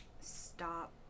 stop